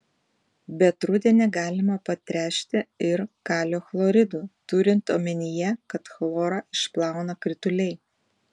bet rudenį galima patręšti ir kalio chloridu turint omenyje kad chlorą išplauna krituliai